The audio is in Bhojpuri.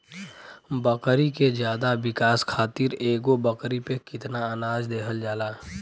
बकरी के ज्यादा विकास खातिर एगो बकरी पे कितना अनाज देहल जाला?